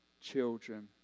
children